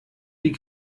die